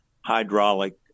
hydraulic